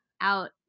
out